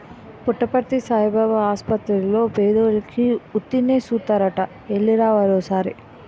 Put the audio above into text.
పుట్టపర్తి సాయిబాబు ఆసపత్తిర్లో పేదోలికి ఉత్తినే సూస్తారట ఎల్లి రావాలి ఒకపాలి